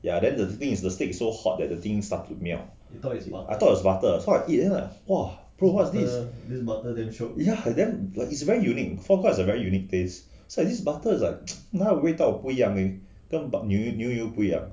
ya then the thing is the steak is so hot that the thing start to melt I thought was butter so I eat !wah! so what's this ya it's very unique foie gras is a very unique taste !whoa! this butter is like 他的味道不一样 eh 跟牛牛油不一样